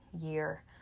year